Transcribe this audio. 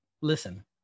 listen